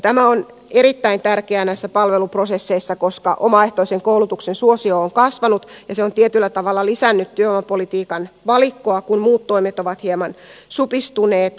tämä on erittäin tärkeää näissä palveluprosesseissa koska omaehtoisen koulutuksen suosio on kasvanut ja se on tietyllä tavalla lisännyt työvoimapolitiikan valikkoa kun muut toimet ovat hieman supistuneet